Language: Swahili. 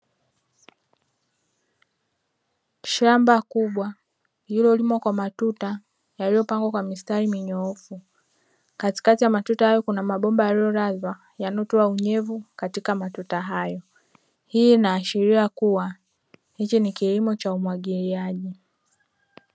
Shamba kubwa lililolimwa kwa matuta yaliyopangwa kwa mistari minyoofu, katikati ya matuta hayo kuna mabomba yaliyolazwa yanayotoa unyevu katika matuta hayo. Hii inaashiria kuwa hiki ni kilimo cha umwagiliaji.